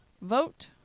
Vote